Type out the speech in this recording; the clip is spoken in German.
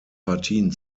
partien